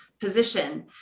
position